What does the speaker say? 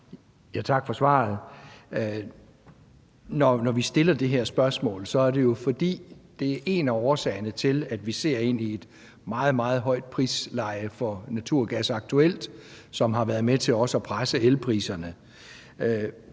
Tak for svaret. Når vi stiller det her spørgsmål, er det jo, fordi det er en af årsagerne til, at vi aktuelt ser ind i et meget, meget højt prisleje for naturgas, som også har været med til at presse elpriserne.